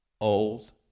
Old